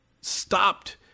stopped